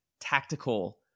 tactical